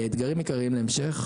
אתגרים עיקריים להמשך: